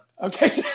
Okay